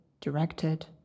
directed